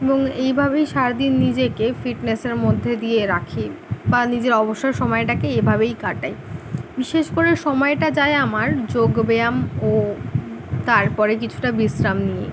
এবং এইভাবেই সারা দিন নিজেকে ফিটনেসের মধ্যে দিয়ে রাখি বা নিজের অবসর সময়টাকে এভাবেই কাটাই বিশেষ করে সময়টা যায় আমার যোগ ব্যায়াম ও তারপরে কিছুটা বিশ্রাম নিয়ে